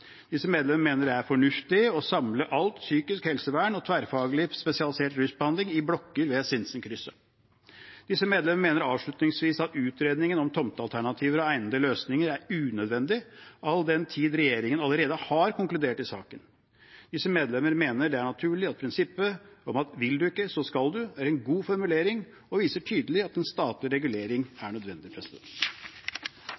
Disse medlemmer mener det er fornuftig å samle alt psykisk helsevern og tverrfaglig spesialisert rusbehandling i blokker ved Sinsenkrysset. Disse medlemmer mener avslutningsvis at utredningen om tomtealternativer og egnede løsninger er unødvendig, all den tid regjeringen allerede har konkludert i saken. Disse medlemmer mener det er naturlig at prinsippet om at vil man ikke, så skal man, er en god formulering, og viser tydelig at en statlig regulering